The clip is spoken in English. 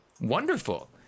Wonderful